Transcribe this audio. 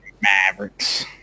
Mavericks